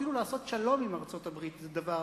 אפילו לעשות שלום עם ארצות-הברית זה דבר